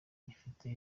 gifite